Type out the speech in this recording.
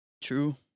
True